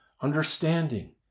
understanding